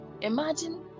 Imagine